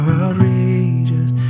outrageous